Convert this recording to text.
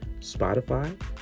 Spotify